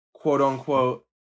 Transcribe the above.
quote-unquote